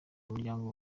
umuryango